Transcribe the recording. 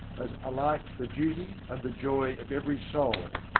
as alike the duty and the joy of every soul,